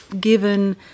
given